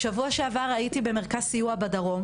שבוע שעבר ביקרתי במרכז סיוע בדרום,